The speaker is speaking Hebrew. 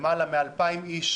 ללמעלה מ-2,000 איש,